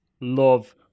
love